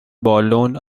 بالن